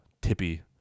Tippy